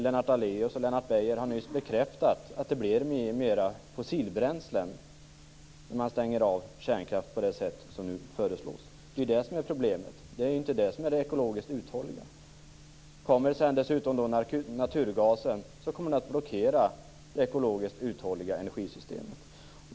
Lennart Daléus och Lennart Beijer bekräftade nyss att det kommer att bli fråga om mer fossilbränslen om kärnkraften stängs av på det sätt som föreslås. Det är inte ekologiskt uthålligt. Blir det till detta även naturgas, kommer det ekologiskt uthålliga energisystemet att blockeras.